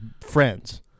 friends